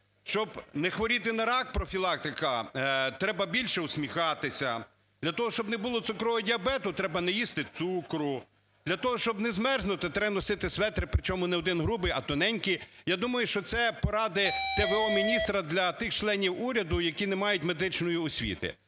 щоб не хворіти на рак, профілактика, треба більше усміхатися; для того, щоб не було цукрового діабету, треба не їсти цукру; для того, щоб не змерзнути, треба носити светр, причому не один грубий, а тоненький. Я думаю, що це поради т.в.о. міністра для тих членів уряду, які не мають медичної освіти.